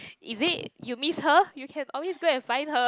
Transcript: is it you miss her you can always go and find her